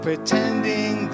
Pretending